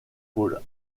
people